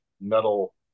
metal